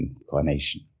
incarnation